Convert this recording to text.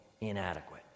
inadequate